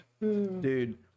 Dude